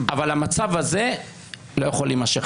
אבל המצב הזה לא יכול להימשך.